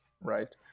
right